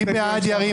מי בעד ההסתייגות?